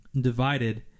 divided